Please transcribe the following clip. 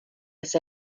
this